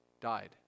died